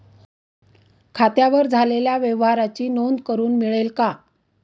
खात्यावर झालेल्या व्यवहाराची नोंद करून मिळेल का?